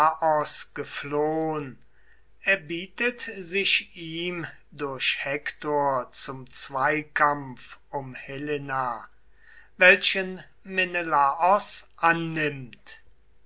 geflohn erbietet sich ihm durch hektor zum zweikampf um helena welchen menelaos annimmt